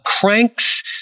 cranks